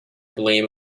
blame